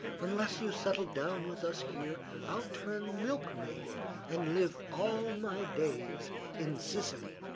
unless you settle down with us here i'll turn milkmaid and live all my days in sicily!